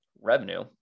revenue